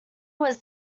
was